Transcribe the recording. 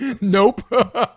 Nope